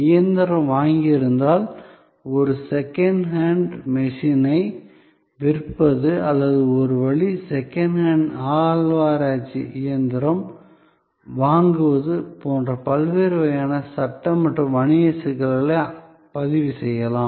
இயந்திரம் வாங்கியிருந்தால் ஒரு செகண்ட் ஹேண்ட் மெஷினை விற்பது அல்லது ஒரு வழி செகண்ட் ஹேண்ட் அகழ்வாராய்ச்சி இயந்திரம் வாங்குவது போன்ற பல்வேறு வகையான சட்ட மற்றும் வணிக சிக்கல்களை பதிவு செய்யலாம்